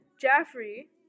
Jaffrey